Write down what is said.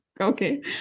Okay